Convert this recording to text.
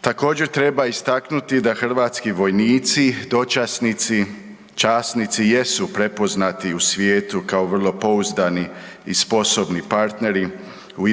Također treba istaknuti da hrvatski vojnici, dočasnici, časnici jesu prepoznati u svijetu kao vrlo pouzdani i sposobni partneri u